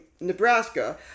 nebraska